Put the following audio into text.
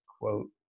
quote